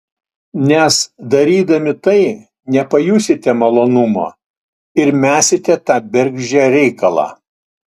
nes darydami tai nepajausite malonumo ir mesite tą bergždžią reikalą